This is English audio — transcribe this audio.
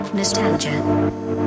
Nostalgia